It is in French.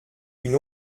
une